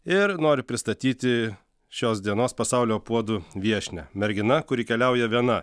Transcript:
ir noriu pristatyti šios dienos pasaulio puodų viešnią mergina kuri keliauja viena